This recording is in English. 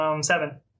Seven